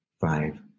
Five